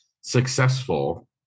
successful